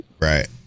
Right